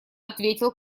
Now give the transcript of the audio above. ответил